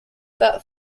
that